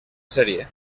serie